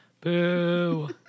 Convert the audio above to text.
Boo